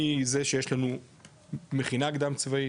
מזה שיש לנו מכינה קדם צבאית,